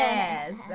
Yes